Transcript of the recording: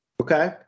okay